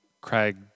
Craig